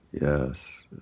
Yes